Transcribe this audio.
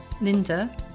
linda